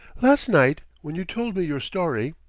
last night, when you told me your story,